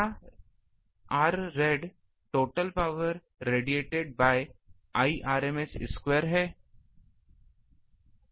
क्या Rrad total power radiate by Irms स्क्वायरहै